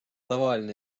tavaline